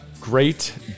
great